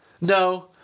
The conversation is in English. No